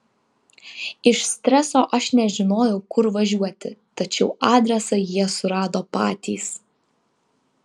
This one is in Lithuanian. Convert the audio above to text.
iš streso aš nežinojau kur važiuoti tačiau adresą jie surado patys